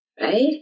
right